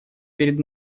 перед